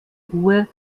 ruhe